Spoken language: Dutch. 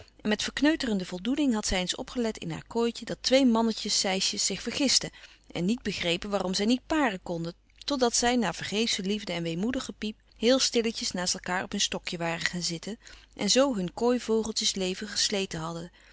met verkneuterende voldoening had zij eens opgelet in haar kooitje dat twee mannetjes sijsjes zich vergisten en niet begrepen waarom zij niet paren konden tot dat zij na vergeefsche liefde en weemoedig gepiep heel stilletjes naast elkaâr op hun stokje waren gaan zitten en zoo hun kooivogeltjes leven gesleten hadden